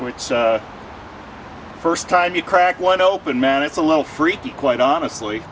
which first time you crack one open man it's a little freaky quite honestly